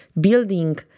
building